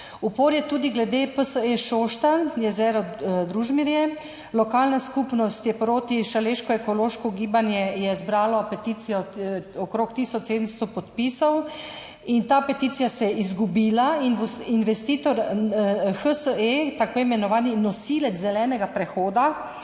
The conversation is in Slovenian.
Upor je tudi glede PSE Šoštanj, jezero Družmirje. Lokalna skupnost je proti, Šaleško ekološko gibanje je zbralo peticijo, okrog tisoč 700 podpisov, in ta peticija se je izgubila. Investitor HSE, tako imenovani nosilec zelenega prehoda,